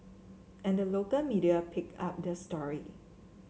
and the local media picked up the story